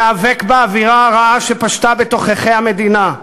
להיאבק באווירה הרעה שפשתה בתוככי המדינה,